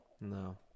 No